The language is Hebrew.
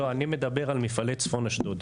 לא, אני מדבר על מפעלי צפון אשדוד.